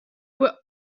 were